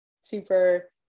super